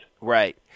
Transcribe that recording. Right